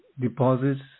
deposits